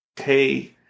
hey